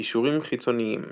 קישורים חיצוניים